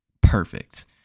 perfect